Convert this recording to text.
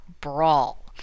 brawl